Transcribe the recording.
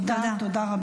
תודה.